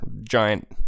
giant